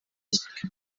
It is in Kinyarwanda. isuku